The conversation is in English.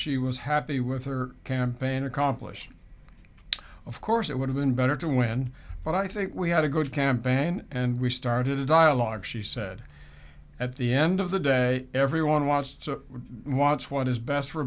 she was happy with her campaign accomplished of course it would have been better to win but i think we had a good campaign and we started a dialogue she said at the end of the day everyone wants wants what is best for